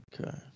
okay